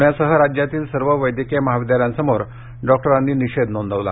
पृण्यासह राज्यातील सर्व वैद्यकीय महाविद्यालयांसमोर डॉक्टरांनी निषेध नोंदवला